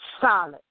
solid